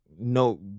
no